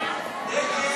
ההצעה